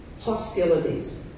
hostilities